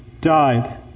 died